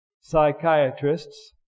psychiatrists